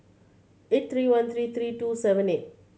eight three one three three two seven eight